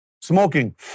smoking